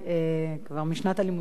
כבר משנת הלימודים הנוכחית,